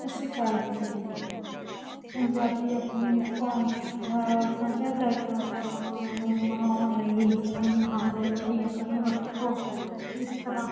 ਸਤਿ ਸ਼੍ਰੀ ਅਕਾਲ ਜੀ ਪੰਜਾਬੀ ਆਪਣੀ ਭਾਸ਼ਾ ਸੱਭਿਆਚਾਰ ਪਰੰਪਰਾਵਾਂ ਨੂੰ ਮਨਾਉਣ ਲਈ ਸਨਮਾਨ ਦੇਣ ਲਈ ਆਪਣੀ ਵਰਤੋਂ ਇਸ ਤਰ੍ਹਾਂ